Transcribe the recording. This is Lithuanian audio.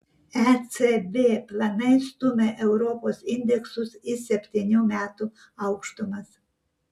ecb planai stumia europos indeksus į septynių metų aukštumas